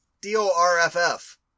D-O-R-F-F